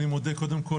קודם כל,